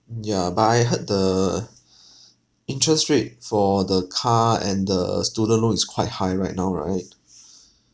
mm ya but I heard the interest rate for the car and the student loan is quite high right now right